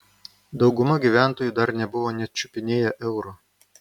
dauguma gyventojų dar nebuvo net čiupinėję euro